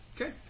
Okay